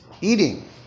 eating